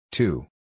Two